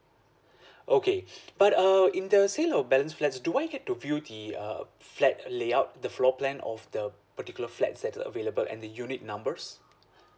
okay but err in the sale of balance flats do I get to view the uh flat layout the floor plan of the particular flats that's available and the unit numbers